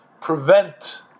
prevent